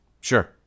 Sure